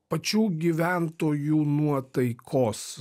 pačių gyventojų nuotaikos